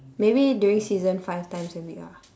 maybe during season five times a week ah